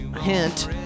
Hint